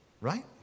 right